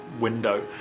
window